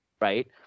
right